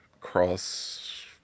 cross